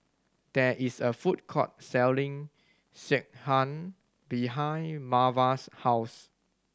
there is a food court selling Sekihan behind Marva's house